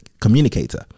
communicator